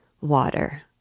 Water